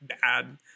bad